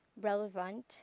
relevant